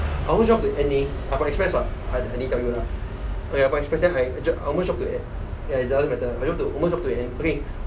I almost drop to N_A I from express [what] I didn't tell you lah ya I from express then I I almost drop eh doesn't matter I I almost drop to N_A